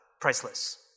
priceless